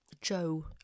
Joe